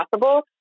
possible